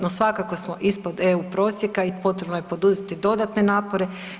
No svakako smo ispod EU prosjeka i potrebno je poduzeti dodatne napore.